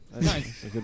Nice